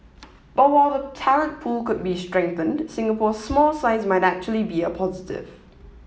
but while the talent pool could be strengthened Singapore's small size might actually be a positive